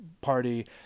party